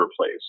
Place